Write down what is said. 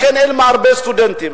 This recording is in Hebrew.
לכן אין הרבה סטודנטים.